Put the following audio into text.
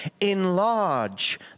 enlarge